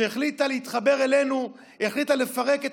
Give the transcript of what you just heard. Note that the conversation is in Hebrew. שהחליטה להתחבר אלינו והחליטה לפרק את